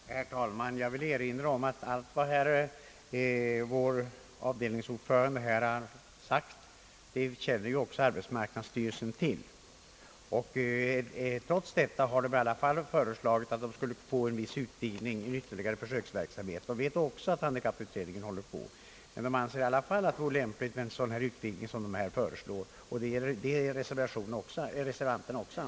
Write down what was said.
Herr talman! Jag vill erinra om att allt vad vår avdelningsordförande här har sagt känner ju också arbetsmarknadsstyrelsen till. Trots detta har arbetsmarknadsstyrelsen föreslagit att det skulle ske en utvidgning av försöksverksamheten med näringshjälp. Arbetsmarknadsstyrelsen vet också att handikapputredningen pågår. Styrelsen anser i alla fall att det vore lämpligt med en sådan utvidgning som här föreslås, och det anser också reservanterna.